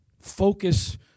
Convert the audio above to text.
focus